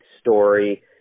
story